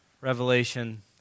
Revelation